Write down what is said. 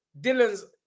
Dylan's